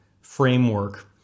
framework